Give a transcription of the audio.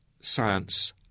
science